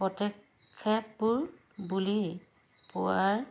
পদক্ষেপবোৰ বুলি পোৱাৰ